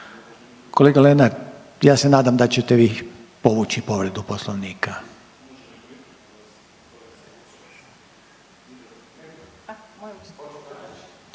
Kolega Lenart, ja se nadam da ćete vi povući povredu poslovnika.